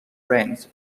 france